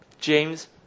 James